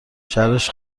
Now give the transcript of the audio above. شرش